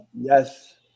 Yes